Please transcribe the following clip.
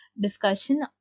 discussion